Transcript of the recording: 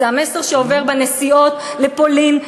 זה המסר שעובר בנסיעות לפולין,